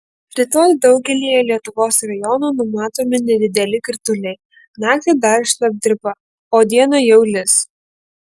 rytoj daugelyje lietuvos rajonų numatomi nedideli krituliai naktį dar šlapdriba o dieną jau lis